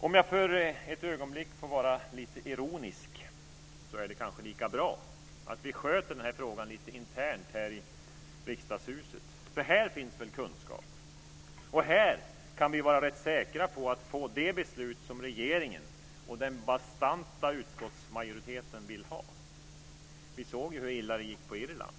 Om jag för ett ögonblick får vara lite ironisk är det kanske lika bra att vi sköter den här frågan lite internt här i Riksdagshuset, för här finns väl kunskap. Och här kan vi vara rätt säkra på att få det beslut som regeringen och den bastanta utskottsmajoriteten vill ha. Vi såg ju hur illa det gick på Irland.